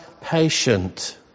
patient